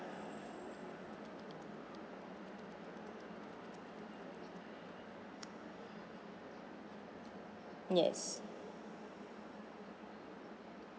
yes